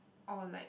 or like